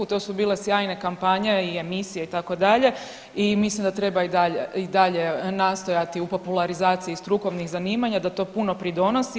To su bile sjajne kampanje i emisije itd. i mislim da treba i dalje nastojati u popularizaciji strukovnih zanimanja da to puno pridonosi.